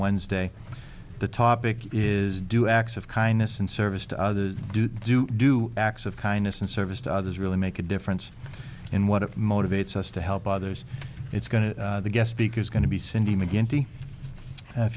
wednesday the topic is do acts of kindness and service to others do do do acts of kindness and service to others really make a difference in what motivates us to help others it's going to get speakers going to be cindy m